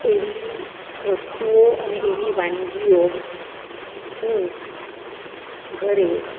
એવી વસ્તુઓ અને એવી વાનગીઓ હું ઘરે